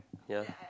yeah